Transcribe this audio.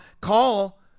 call